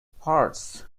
parts